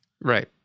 right